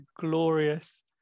glorious